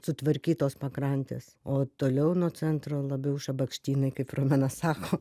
sutvarkytos pakrantės o toliau nuo centro labiau šabakštynai kaip romena sako